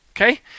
Okay